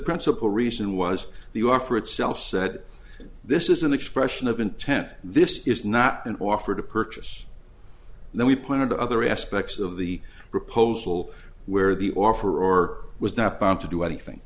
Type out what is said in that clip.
principal reason was the offer itself said this is an expression of intent this is not an offer to purchase and then we pointed to other aspects of the proposal where the offer or was not bound to do anything